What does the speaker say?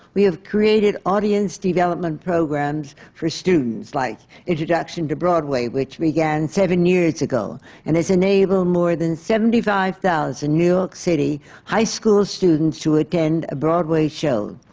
we have created audience development development programs for students, like introduction to broadway, which began seven years ago and has enabled more than seventy five thousand new york city high school students to attend a broadway show,